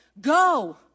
go